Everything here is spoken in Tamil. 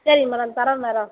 சரிங்க மேடம் தரோம் மேடம்